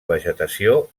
vegetació